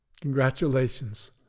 Congratulations